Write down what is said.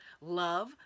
love